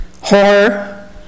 horror